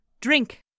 Drink